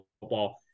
football